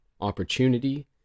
opportunity